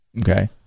Okay